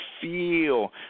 feel